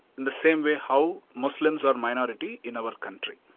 in the same way how muslims are minority in our country.